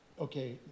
Okay